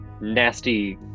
nasty